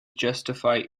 justify